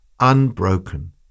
unbroken